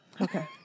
Okay